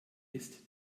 ist